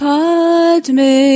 Padme